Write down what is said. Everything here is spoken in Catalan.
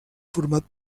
format